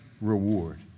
reward